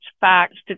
facts